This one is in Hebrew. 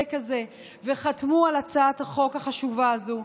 הצודק הזה וחתמו על הצעת החוק החשובה הזו,